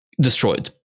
destroyed